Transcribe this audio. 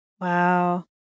Wow